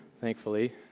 thankfully